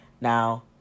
Now